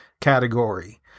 category